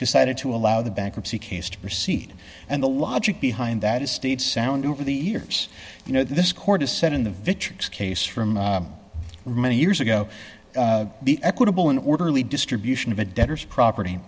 decided to allow the bankruptcy case to proceed and the logic behind that is state sound over the years you know this court has said in the victrix case from many years ago the equitable and orderly distribution of a debtors property